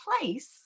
place